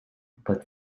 but